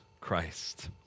Christ